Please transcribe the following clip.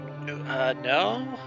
No